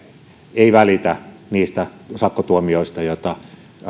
ei välitä niistä sakkotuomioista joita